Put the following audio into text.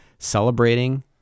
celebrating